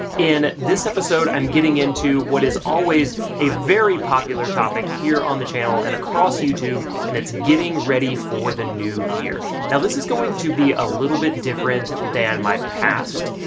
in this episode i'm getting into what is always a very popular topic here on the channel and across youtube, and it's getting ready for the new year. now this is going to be a little bit different than my past,